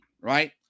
right